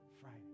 Friday